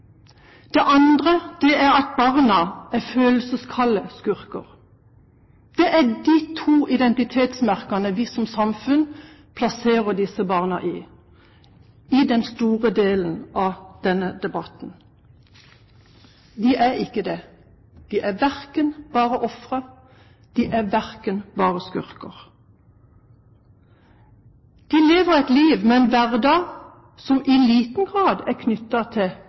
Det andre er at barna er følelseskalde skurker. Det er de to identitetsmerkene vi som samfunn plasserer disse barna i, i en stor del av denne debatten. De er ikke det. De er verken bare ofre eller bare skurker. De lever et liv med en hverdag som i liten grad er knyttet til